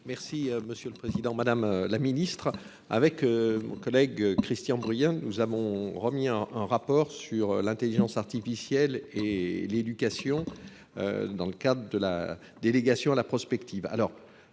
Merci Monsieur le Président, Madame la Ministre. Avec mon collègue Christian Bruyens, nous avons remis un rapport sur l'intelligence artificielle et l'éducation dans le cadre de la délégation à la prospective.